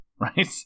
right